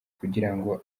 kugirango